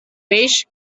peix